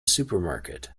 supermarket